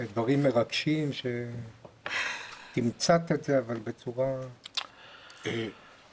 אלה דברים מרגשים, ותמצת את זה בצורה --- תודה